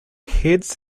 heads